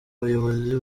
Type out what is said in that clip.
abayobozi